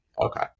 Okay